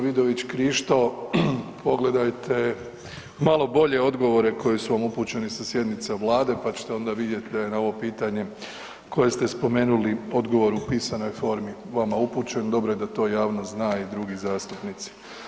Vidović Krišto, pogledajte malo bolje odgovore koji su vam upućeni sa sjednice vlade, pa ćete onda vidjet da je na ovo pitanje koje ste spomenuli odgovor u pisanoj formi vama upućen, dobro je da to javnost zna i drugi zastupnici.